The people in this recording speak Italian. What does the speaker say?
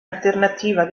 alternativa